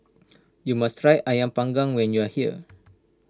you must try Ayam Panggang when you are here